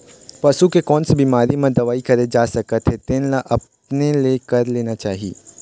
पसू के कोन से बिमारी म का दवई करे जा सकत हे तेन ल अपने ले कर लेना चाही